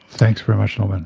thanks very much norman.